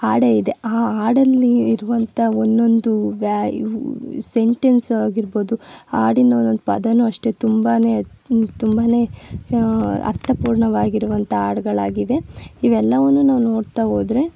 ಹಾಡೆ ಇದೆ ಆ ಹಾಡಲ್ಲಿ ಇರುವಂಥ ಒಂದೊಂದು ವ್ಯಾ ಸೆಂಟೆನ್ಸ್ ಆಗಿರಬೋದು ಹಾಡಿನ ಒಂದೊಂದು ಪದವು ಅಷ್ಟೆ ತುಂಬನೆ ತುಂಬನೆ ಅರ್ಥಪೂರ್ಣವಾಗಿರುವಂಥ ಹಾಡುಗಳಾಗಿವೆ ಇವೆಲ್ಲವನ್ನು ನಾವು ನೋಡ್ತಾ ಹೋದ್ರೆ